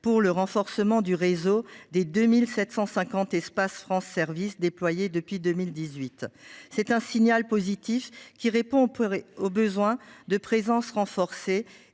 mer au renforcement du réseau des 2 750 espaces France Services déployés depuis 2018 est un signal positif, qui répond au besoin d’un accès